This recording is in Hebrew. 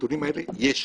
הנתונים האלה ישנם.